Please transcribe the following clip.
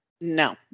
No